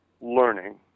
learning